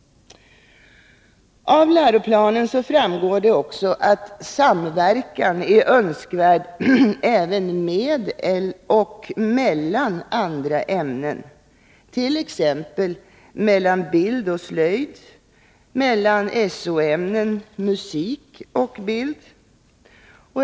Av läroplanen framgår också att samverkan är önskvärd även med och